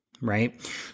right